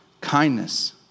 kindness